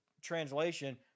translation